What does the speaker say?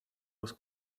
was